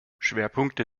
schwerpunkte